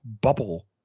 bubble